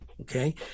Okay